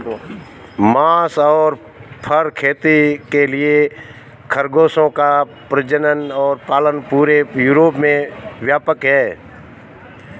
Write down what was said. मांस और फर खेती के लिए खरगोशों का प्रजनन और पालन पूरे यूरोप में व्यापक है